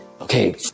okay